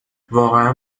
واقعا